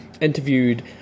interviewed